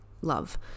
love